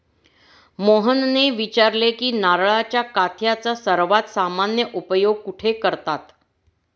मोहनने विचारले की नारळाच्या काथ्याचा सर्वात सामान्य उपयोग कुठे करतात?